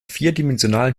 vierdimensionalen